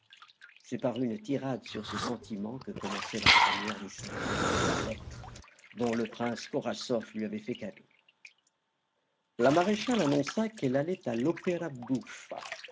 c'est par une tirade sur ce sentiment que commençait la première des cinquante-trois lettres dont le prince korasoff lui avait fait cadeau la maréchale annonça qu'elle allait à